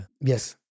Yes